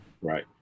Right